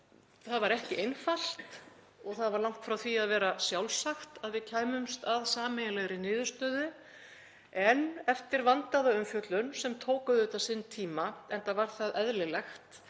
Það var ekki einfalt og það var langt frá því að vera sjálfsagt að við kæmumst að sameiginlegri niðurstöðu. En eftir vandaða umfjöllun, sem tók auðvitað sinn tíma, enda var það eðlilegt